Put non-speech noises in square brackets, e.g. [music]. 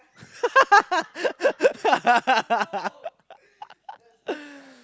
[laughs]